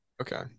okay